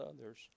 others